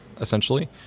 essentially